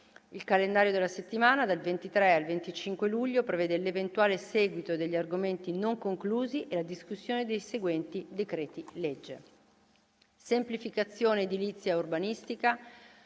Il calendario della settimana dal 23 al 25 luglio prevede l'eventuale seguito degli argomenti non conclusi e la discussione dei seguenti decreti-legge: semplificazione edilizia e urbanistica;